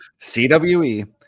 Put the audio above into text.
CWE